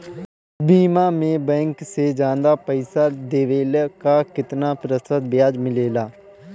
बीमा में बैंक से ज्यादा पइसा देवेला का कितना प्रतिशत ब्याज मिलेला?